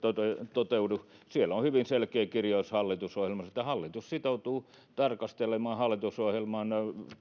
toteudu siellä on hyvin selkeä kirjaus hallitusohjelmassa että hallitus sitoutuu tarkastelemaan hallitusohjelman